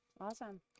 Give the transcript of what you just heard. awesome